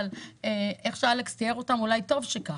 אבל כמו שאלכס תיאר אולי טוב שכך.